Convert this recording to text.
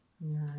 No